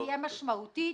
תהיה משמעותית.